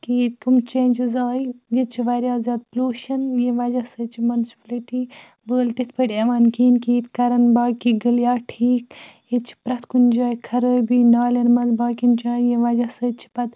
کہِ ییٚتہِ کَم چینٛجِز آیہِ ییٚتہِ چھِ واریاہ زیادٕ پُلوٗشَن ییٚمہِ وَجہ سۭتۍ چھِ مُنسِپلٹی وٲلۍ تِتھ پٲٹھۍ یِوان کِہیٖنۍ کہِ ییٚتہِ کَرَن باقٕے گٔلیا ٹھیٖک ییٚتہِ چھِ پرٛٮ۪تھ کُنہِ جایہِ خرٲبی نالٮ۪ن منٛز باقیَن جایَن ییٚمہِ وجہ سۭتۍ چھِ پَتہٕ